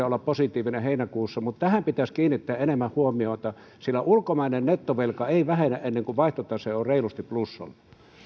olla pikkusen positiivinen heinäkuussa mutta tähän pitäisi kiinnittää enemmän huomiota sillä ulkomainen nettovelka ei vähene ennen kuin vaihtotase on reilusti plussalla